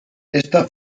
esta